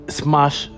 smash